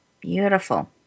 Beautiful